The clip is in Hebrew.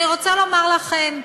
אני רוצה לומר לכם,